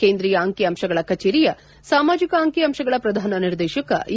ಕೇಂದ್ರೀಯ ಅಂಕಿ ಅಂಶಗಳ ಕಚೇರಿಯ ಸಾಮಾಜಿಕ ಅಂಕಿ ಅಂಶಗಳ ಪ್ರಧಾನ ನಿರ್ದೇಶಕ ಎ